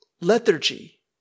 lethargy